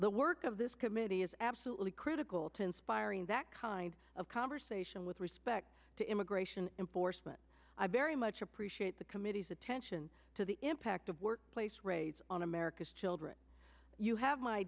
the work of this committee is absolutely critical to inspiring that kind of conversation with respect to immigration enforcement i very much appreciate the committee's attention to the impact of workplace raids on america's children you have my